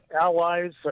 allies